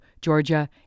Georgia